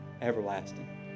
everlasting